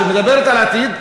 שמדברת על עתיד,